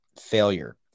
failure